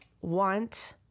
want